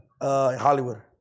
Hollywood